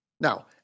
Now